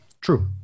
True